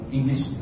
English